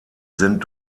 sind